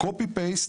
העתק הדבק,